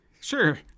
sure